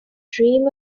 dream